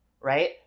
right